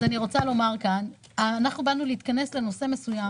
אני רוצה לומר כאן שאנחנו מתכנסים לנושא מסוים.